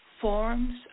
forms